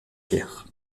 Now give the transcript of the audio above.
pierre